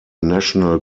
national